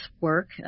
work